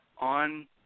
on